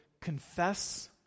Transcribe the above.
confess